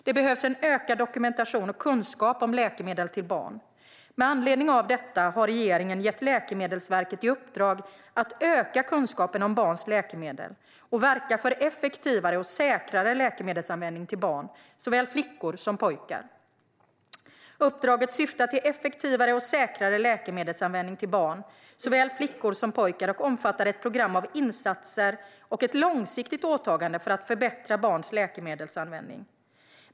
Det behövs en ökad dokumentation och kunskap om läkemedel till barn. Med anledning av detta har regeringen gett Läkemedelsverket i uppdrag att öka kunskapen om barns läkemedel och verka för effektivare och säkrare läkemedelsanvändning till barn, såväl flickor som pojkar. Uppdraget omfattar ett program av insatser och ett långsiktigt åtagande för att förbättra barns läkemedelsanvändning.